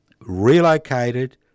relocated